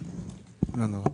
אני מתנצלת,